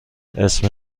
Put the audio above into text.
اسم